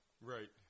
Right